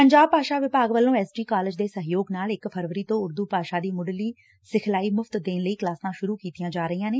ਪੰਜਾਬ ਭਾਸ਼ਾ ਵਿਭਾਗ ਵੱਲੋਂ ਐਸ ਡੀ ਕਾਲਜ ਦੇ ਸਹਿਯੋਗ ਨਾਲ ਇਕ ਫਰਵਰੀ ਤੋਂ ਉਰਦੂ ਭਾਸ਼ਾ ਦੀ ਮੁੱਢਲੀ ਸਿਖਲਾਈ ਮੁਫ਼ਤ ਦੇਣ ਲਈ ਕਲਾਸਾਂ ਸੂਰੁ ਕੀਤੀਆਂ ਜਾ ਰਹੀਆਂ ਨੇ